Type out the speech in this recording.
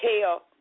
tell